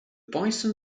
bison